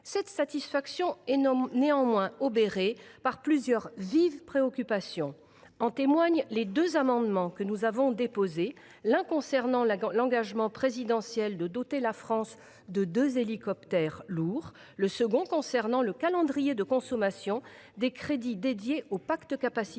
Cette satisfaction est néanmoins obérée par plusieurs vives préoccupations. En témoignent les deux amendements que nous avons déposés, concernant, l’un, l’engagement présidentiel de doter la France de deux hélicoptères lourds, l’autre, le calendrier de consommation des crédits dédiés aux pactes capacitaires.